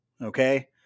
Okay